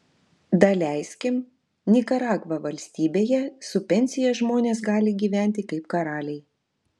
daleiskim nikaragva valstybėje su pensija žmonės gali gyventi kaip karaliai